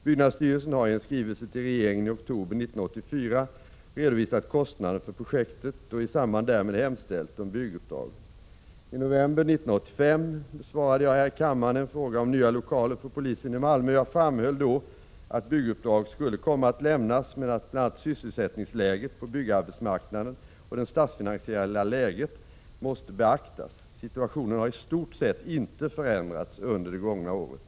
Byggnadsstyrelsen har i en skrivelse till regeringen i oktober 1984 redovisat kostnaden för projektet och i samband därmed hemställt om bygguppdrag. I december 1985 besvarade jag här i kammaren en fråga om nya lokaler för polisen i Malmö. Jag framhöll då att bygguppdrag skulle komma att lämnas men att bl.a. sysselsättningsläget på byggarbetsmarknaden och det statsfinansiella läget måste beaktas. Situationen har i stort sett inte förändrats under det gångna året.